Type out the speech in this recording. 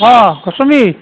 অঁ দশমী